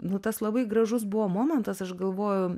nu tas labai gražus buvo momentas aš galvoju